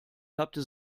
klappte